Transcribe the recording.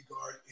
guard